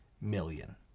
million